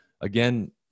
Again